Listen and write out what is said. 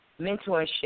mentorship